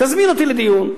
תזמין אותי לדיון,